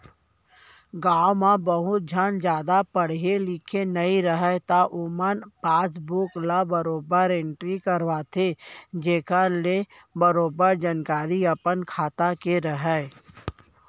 गॉंव म बहुत झन जादा पढ़े लिखे नइ रहयँ त ओमन पासबुक ल बरोबर एंटरी करवाथें जेखर ले बरोबर जानकारी अपन खाता के राहय